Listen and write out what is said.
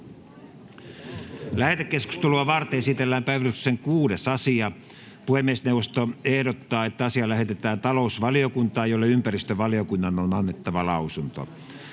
Lähetekeskustelua varten esitellään päiväjärjestyksen 6. asia. Puhemiesneuvosto ehdottaa, että asia lähetetään talousvaliokuntaan, jolle ympäristövaliokunnan on annettava lausunto.